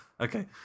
Okay